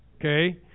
Okay